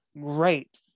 great